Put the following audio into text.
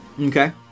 Okay